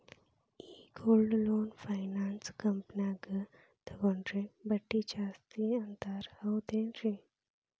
ಈ gold loan finance ಕಂಪನ್ಯಾಗ ತಗೊಂಡ್ರೆ ಬಡ್ಡಿ ಜಾಸ್ತಿ ಅಂತಾರ ಹೌದೇನ್ರಿ?